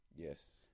Yes